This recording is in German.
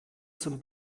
zum